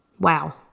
Wow